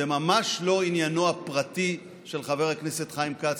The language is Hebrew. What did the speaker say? זה ממש לא עניינו הפרטי של חבר הכנסת חיים כץ,